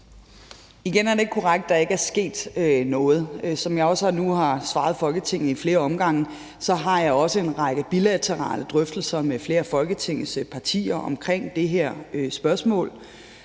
Igen er det ikke korrekt, at der ikke er sket noget. Som jeg også nu har svaret Folketinget ad flere omgange, har jeg en række bilaterale drøftelser med flere af Folketingets partier omkring det her spørgsmål.